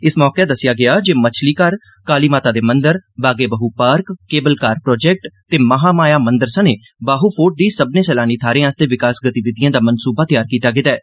इस मौके दस्सेआ गेआ जे मच्छलीघर काली माता दे मन्दिर Bagh-e Bahu park cable car project ते महामाया मन्दिर सनें बहु फोर्ट दी सब्बनें सैलानी थाहरें आस्तै विकास गतिविधिएं दा मन्सूबा तैयार कीता गेदा ऐ